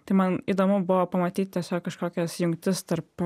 tai man įdomu buvo pamatyti tiesiog kažkokias jungtis tarp